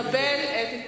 קבל את התנצלותי,